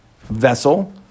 vessel